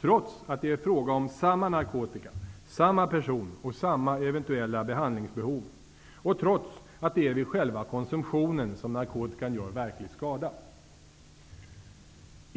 trots att det är fråga om samma narkotika, samma person och samma eventuella behandlingsbehov och trots att det är vid själva konsumtionen som narkotikan gör verklig skada.